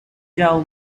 tell